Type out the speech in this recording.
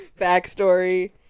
backstory